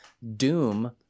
doom